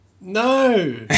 No